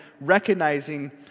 recognizing